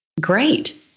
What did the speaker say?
great